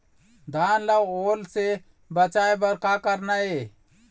धान ला ओल से बचाए बर का करना ये?